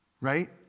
right